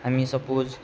हामी सपोज